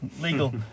Legal